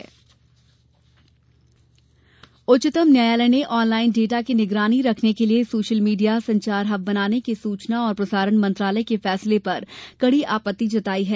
social media उच्चतम न्यायालय ने ऑनलाइन डाटा की निगरानी रखने के लिये सोशल मीडिया संचार हब बनाने के सूचना और प्रसारण मंत्रालय के फैसले पर कडी आपत्ति जताई है